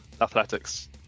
athletics